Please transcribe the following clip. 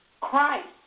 Christ